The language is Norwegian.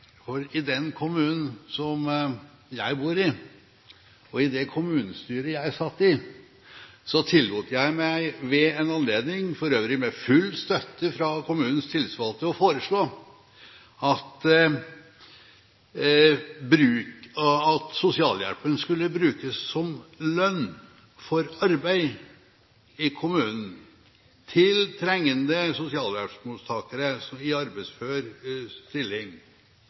erfaringer. I den kommunen som jeg bor i, og i det kommunestyret jeg satt i, tillot jeg meg ved en anledning – for øvrig med full støtte fra kommunens tillitsvalgte – å foreslå at sosialhjelpen skulle brukes som lønn for arbeid i kommunen, brukes som lønn til trengende arbeidsføre sosialhjelpsmottakere, i